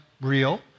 real